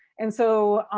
and so,